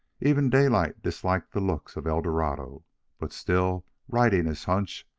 even daylight disliked the looks of eldorado but, still riding his hunch,